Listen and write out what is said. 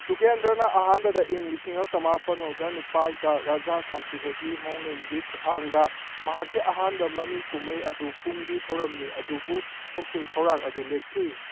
ꯌꯨꯒꯦꯟꯗ꯭ꯔꯅ ꯑꯍꯥꯟꯕꯗ ꯏꯪ ꯂꯤꯁꯤꯡ ꯑꯃ ꯆꯃꯥꯄꯜ ꯃꯧꯗ꯭ꯔꯥꯅꯤꯄꯥꯜꯗ ꯔꯥꯖꯥ ꯀꯥꯟꯊꯤꯕꯒꯤ ꯃꯧꯅꯦꯝꯒꯤ ꯈꯨꯊꯥꯡꯗ ꯃꯍꯥꯛꯀꯤ ꯑꯍꯥꯟꯕ ꯃꯃꯤ ꯀꯨꯝꯍꯩ ꯑꯗꯨ ꯀꯨꯝꯒꯤ ꯊꯧꯔꯝꯅꯤ ꯑꯗꯨꯕꯨ ꯊꯧꯁꯤꯜ ꯊꯧꯔꯥꯡ ꯑꯗꯨ ꯂꯦꯞꯈꯤ